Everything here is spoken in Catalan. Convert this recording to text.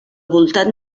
voltant